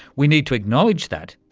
we need to acknowledge that,